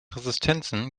resistenzen